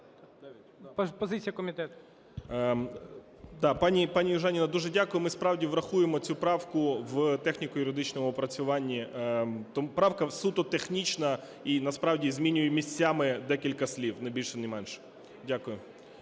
Д.А. Да. Пані Южаніна, дуже дякую. Ми справді врахуємо цю правку в техніко-юридичному опрацюванні. Правка суто технічна і насправді змінює місцями декілька слів, ні більше, ні менше. Дякую.